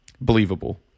believable